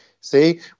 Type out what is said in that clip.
See